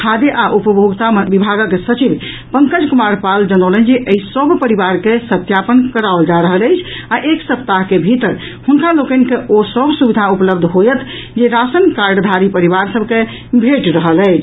खाद्य आ उपभोक्ता विभाग सचिव पंकज कुमार पाल जनौलनि जे एहि सभ परिवार के सत्यापन कराओल जा रहल अछि आ एक सप्ताह के भीतर हुनका लोकनि के ओ सभ सुविधा उपलब्ध होयत जे राशन कार्डधारी परिवार सभ के भेट रहल अछि